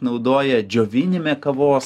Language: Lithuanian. naudoja džiovinime kavos